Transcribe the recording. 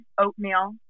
oatmeal